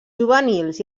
juvenils